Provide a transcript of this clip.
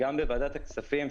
גם בוועדת הכספים,